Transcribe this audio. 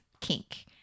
kink